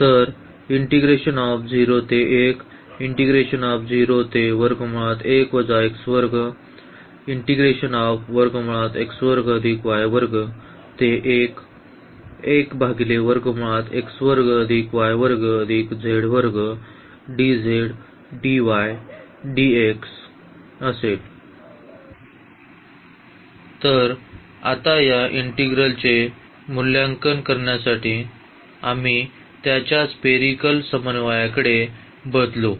तर आता या इंटीग्रलचे मूल्यांकन करण्यासाठी आम्ही त्याच्या स्पेरीकल समन्वयाकडे बदलू